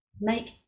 make